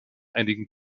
einigen